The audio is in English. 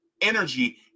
energy